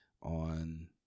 on